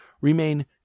remain